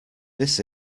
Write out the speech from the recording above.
this